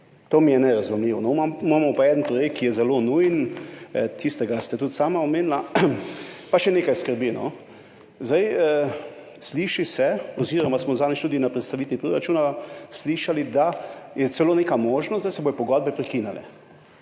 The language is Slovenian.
To mi je nerazumljivo. Imamo pa en projekt, ki je zelo nujen, tistega ste tudi sama omenili. Pa še nekaj me skrbi. Sliši se oziroma smo zadnjič tudi na predstavitvi proračuna slišali, da je celo neka možnost, da se bodo pogodbe prekinile.